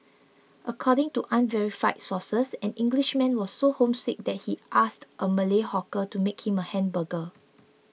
according to unverified sources an Englishman was so homesick that he asked a Malay hawker to make him a hamburger